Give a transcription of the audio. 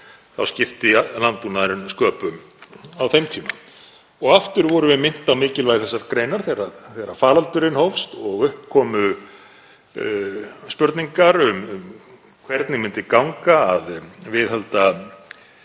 skipti landbúnaðurinn sköpum á þeim tíma. Aftur vorum við minnt á mikilvægi þessarar greinar þegar faraldurinn hófst og upp komu spurningar um hvernig myndi ganga að viðhalda